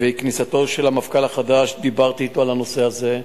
של המפכ"ל החדש דיברתי אתו על הנושא הזה.